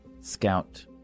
Scout